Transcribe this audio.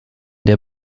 der